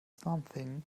something